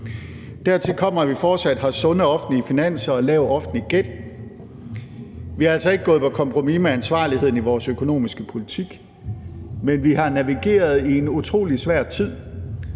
Dertil kommer, at vi fortsat har sunde, offentlige finanser og lav offentlig gæld. Vi er altså ikke gået på kompromis med ansvarligheden i vores økonomiske politik. Men vi har navigeret i en utrolig svær tid,